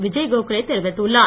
விஜய் கோகலே தெரிவித்துள்ளார்